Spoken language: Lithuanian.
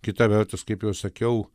kita vertus kaip jau sakiau